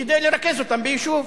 כדי לרכז אותם ביישוב.